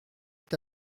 est